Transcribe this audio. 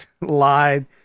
lied